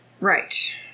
Right